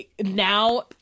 now